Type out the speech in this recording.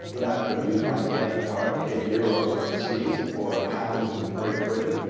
i'm not going to use my debit card to get euros overseas or a pounds in great britain.